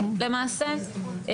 למעשה,